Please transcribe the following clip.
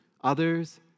others